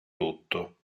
tutto